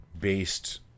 based